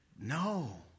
No